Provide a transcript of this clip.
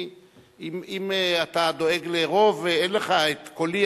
אם אתה דואג לרוב, אין לך את קולי.